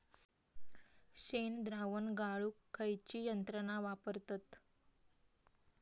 शेणद्रावण गाळूक खयची यंत्रणा वापरतत?